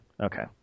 okay